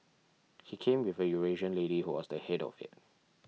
he came with a Eurasian lady who was the head of it